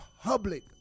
public